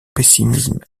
pessimisme